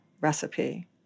recipe